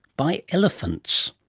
by elephants.